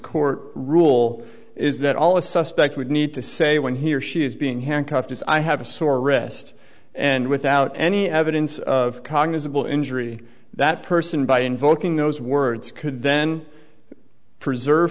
court rule is that all a suspect would need to say when he or she is being handcuffed as i have a sore wrist and without any evidence of cognizable injury that person by invoking those words could then preserve